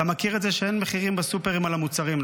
אתה מכיר את זה שאין מחירים בסופרים על המוצרים,